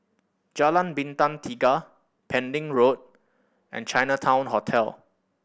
Jalan Bintang Tiga Pending Road and Chinatown Hotel